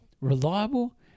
reliable